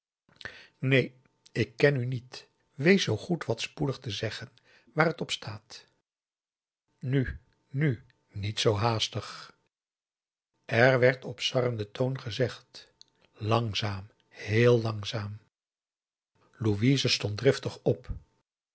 neen ik ken u niet wees zoo goed wat spoedig te zeggen waar het op staat nu nu niet zoo haastig het werd op sarrenden toon gezegd langzaam heel langzaam louise stond driftig op